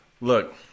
Look